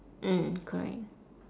mm correct